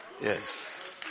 Yes